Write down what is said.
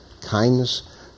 kindness